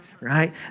right